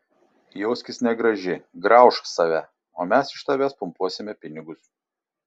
jauskis negraži graužk save o mes iš tavęs pumpuosime pinigus